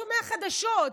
שומע חדשות,